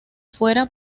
fuera